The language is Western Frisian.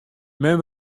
men